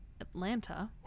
Atlanta